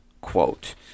quote